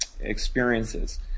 experiences